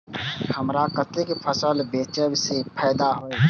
हमरा कते फसल बेचब जे फायदा होयत?